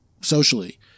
socially